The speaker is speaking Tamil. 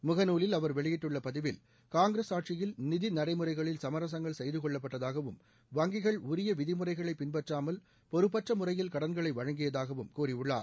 முகநாலில் அவர் வெளியிட்டுள்ள பதிவில் காங்கிரஸ் ஆட்சியில் நிதிநடைமுறைகளில் சமரசங்கள் செய்துக்கொள்ளப்பட்டதாகவும் வங்கிகள் உரிய விதிமுறைகளை பின்பற்றாமல் பொறுப்பற்ற முறையில் கடன்களை வழங்கியதாகவும் கூறியுள்ளார்